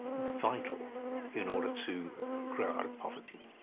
vital in order to grow out of poverty.